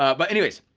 ah but anyways,